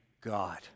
God